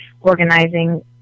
organizing